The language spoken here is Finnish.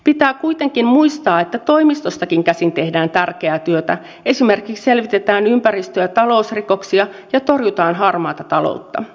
pitää kuitenkin muistaa että toimistostakin käsin tehdään tärkeää työtä esimerkiksi selvitetään ympäristö ja talousrikoksia ja torjutaan harmaata taloutta